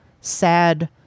sad